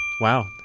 Wow